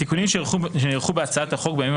התיקונים שנערכו בהצעת החוק בימים